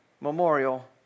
Memorial